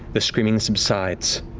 the screaming subsides,